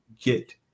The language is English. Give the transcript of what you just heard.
get